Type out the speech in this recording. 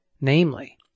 namely